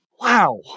Wow